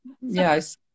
Yes